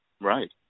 Right